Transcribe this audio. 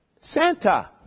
Santa